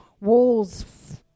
walls